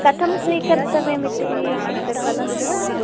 कथं स्वीकर्तव्यमिति किञ्चित् वदन्ति वा